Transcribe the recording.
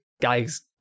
guy's